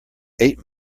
eight